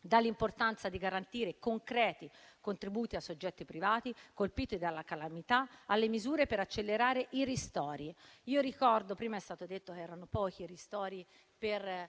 dall'importanza di garantire concreti contributi ai soggetti privati colpiti dalle calamità alle misure per accelerare i ristori. Prima è stato detto che erano pochi ristori per